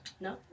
No